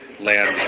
land